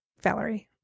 Valerie